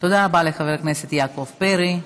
תודה רבה לחבר הכנסת יעקב פרי.